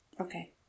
Okay